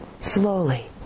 slowly